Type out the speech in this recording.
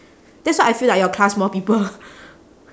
that's why I feel like your class more people